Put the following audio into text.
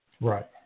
Right